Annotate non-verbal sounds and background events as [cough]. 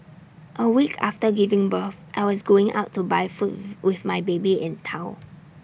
A week after giving birth I was going out to buy [unintelligible] with my baby in tow [noise]